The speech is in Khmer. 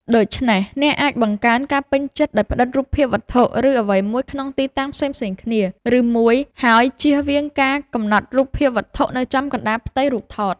ដូច្នេះ អ្នកអាចបង្កើនការពេញចិត្ត ដោយផ្តិតរូបភាពវត្ថុ ឬអ្វីមួយក្នុងទីតាំងផ្សេងៗគ្នា ឬមួយ ហើយជៀសវាងការកំណត់រូបភាពវត្ថុនៅចំកណ្តាលផ្ទៃរូបថត។